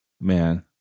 Man